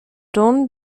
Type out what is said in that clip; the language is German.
don